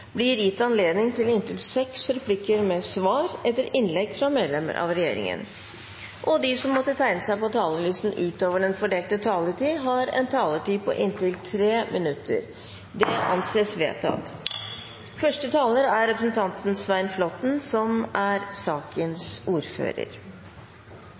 blir gitt anledning til replikkordskifte på inntil seks replikker med svar etter innlegg fra medlemmer av regjeringen, og at de som måtte tegne seg på talerlisten utover den fordelte taletid, får en taletid på inntil 3 minutter. – Det anses vedtatt. Saker om åpenhet og bekjempelse av skatteparadiser er